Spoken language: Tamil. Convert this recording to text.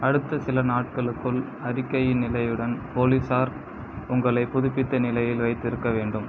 அடுத்த சில நாட்களுக்குள் அறிக்கையின் நிலையுடன் போலீசார் உங்களை புதுப்பித்த நிலையில் வைத்திருக்க வேண்டும்